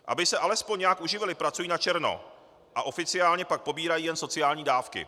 Aby se alespoň nějak uživili, pracují načerno a oficiálně pak pobírají jen sociální dávky.